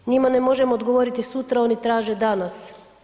Njima ne možemo odgovoriti sutra, oni traže danas.